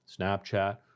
Snapchat